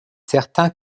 certain